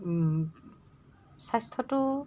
স্বাস্থ্যটো